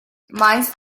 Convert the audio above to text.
meinst